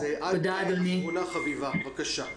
את אחרונה חביבה, בבקשה.